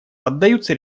поддаются